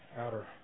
outer